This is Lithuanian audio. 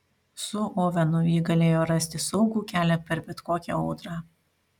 su ovenu ji galėjo rasti saugų kelią per bet kokią audrą